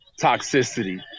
toxicity